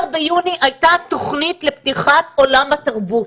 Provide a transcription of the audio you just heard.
ב-14 ביוני הייתה תוכנית לפתיחת עולם התרבות,